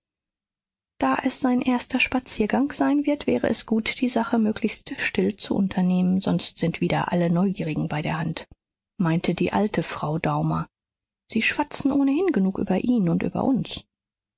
da es sein erster spaziergang sein wird wäre es gut die sache möglichst still zu unternehmen sonst sind wieder alle neugierigen bei der hand meinte die alte frau daumer sie schwatzen ohnehin genug über ihn und über uns